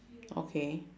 okay